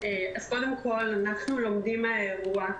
אנחנו לומדים מן האירוע.